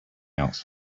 else